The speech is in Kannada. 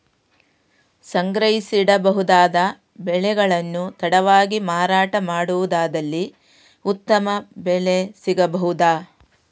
ಸಂಗ್ರಹಿಸಿಡಬಹುದಾದ ಬೆಳೆಗಳನ್ನು ತಡವಾಗಿ ಮಾರಾಟ ಮಾಡುವುದಾದಲ್ಲಿ ಉತ್ತಮ ಬೆಲೆ ಸಿಗಬಹುದಾ?